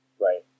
Right